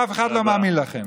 ואף אחד לא מאמין לכם.